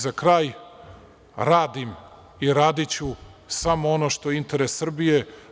Za kraj, radim i radiću samo ono što je interes Srbije.